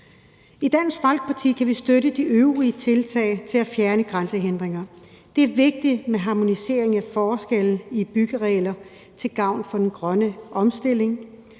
I Dansk Folkeparti kan vi støtte de øvrige tiltag til at fjerne grænsehindringer. Det er vigtigt med harmonisering af forskelle i byggeregler til gavn for den grønne omstilling,